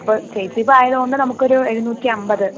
അപ്പോൾ ചേച്ചി ഇപ്പോഴായതുകൊണ്ട് നമുക്കൊരു എഴുന്നൂറ്റിയമ്പത്